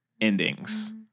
endings